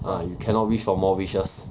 you cannot wish for more wishes